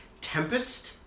Tempest